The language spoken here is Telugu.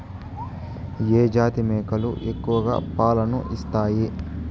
ఏ జాతి మేకలు ఎక్కువ పాలను ఇస్తాయి?